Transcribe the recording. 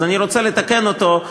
אז אני רוצה לתקן אותו,